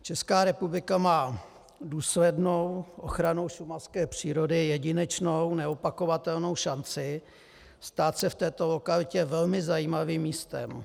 Česká republika má důslednou ochranou šumavské přírody jedinečnou, neopakovatelnou šanci stát se v této lokalitě velmi zajímavým místem.